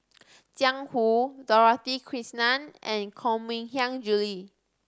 Jiang Hu Dorothy Krishnan and Koh Mui Hiang Julie